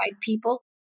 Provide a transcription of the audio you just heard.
people